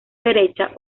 derecha